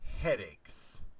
headaches